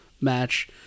match